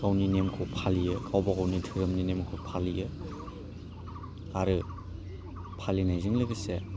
गावनि नेमखौ फालियो गावबा गावनि दोरोमनि नेमखौ फालियो आरो फालिनायजों लोगोसे